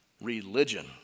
Religion